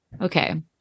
Okay